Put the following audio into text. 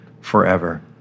forever